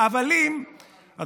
הם עשו את